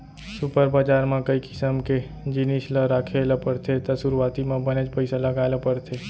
super बजार म कई किसम के जिनिस ल राखे ल परथे त सुरूवाती म बनेच पइसा लगाय ल परथे